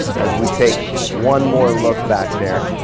as we take one more look back there.